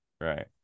right